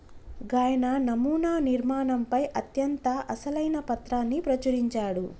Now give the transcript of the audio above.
గాయన నమునా నిర్మాణంపై అత్యంత అసలైన పత్రాన్ని ప్రచురించాడు